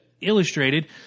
illustrated